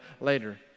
later